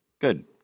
good